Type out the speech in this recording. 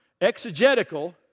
exegetical